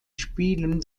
spielen